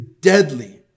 deadly